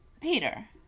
Peter